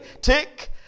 Tick